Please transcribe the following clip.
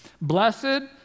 Blessed